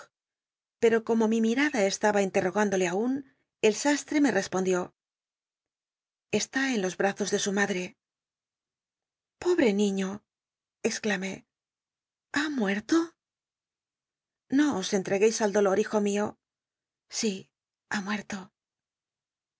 pcr'o como mi mirada scguia intertogándole aun el sastre me respondió esln en los brazos le su madre pobre niiio cxcbmé ha muerto no os entregucis al dóiot hijo mio sí ha muci'o